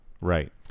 Right